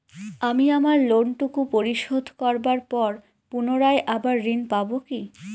আমি আমার লোন টুকু পরিশোধ করবার পর পুনরায় আবার ঋণ পাবো কি?